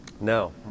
No